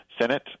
Senate